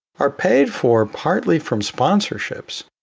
are paid for partly from sponsorships,